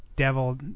Devil